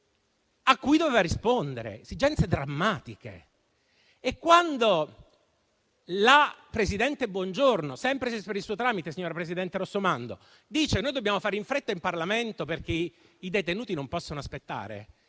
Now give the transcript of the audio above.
a cui doveva rispondere (esigenze drammatiche). Quando la presidente Bongiorno - sempre per il suo tramite, signora presidente Rossomando - dice che noi dobbiamo fare in fretta in Parlamento, perché i detenuti non possono aspettare,